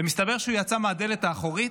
ומסתבר שהוא יצא מהדלת האחורית,